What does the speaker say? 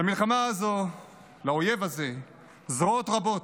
במלחמה הזו לאויב הזה זרועות רבות,